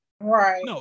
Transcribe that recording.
Right